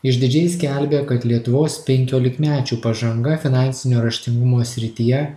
išdidžiai skelbė kad lietuvos penkiolikmečių pažanga finansinio raštingumo srityje